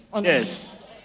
Yes